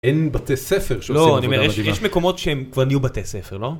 אין בתי ספר, יש מקומות שהם כבר נהיו בתי ספר לא?